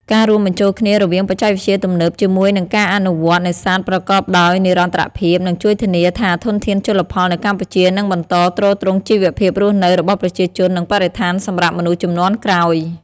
ការរួមបញ្ចូលគ្នារវាងបច្ចេកវិទ្យាទំនើបជាមួយនឹងការអនុវត្តន៍នេសាទប្រកបដោយនិរន្តរភាព នឹងជួយធានាថាធនធានជលផលនៅកម្ពុជានឹងបន្តទ្រទ្រង់ជីវភាពរស់នៅរបស់ប្រជាជន និងបរិស្ថានសម្រាប់មនុស្សជំនាន់ក្រោយ។